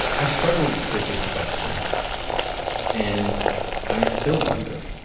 i've struggled with this question and i still wonder.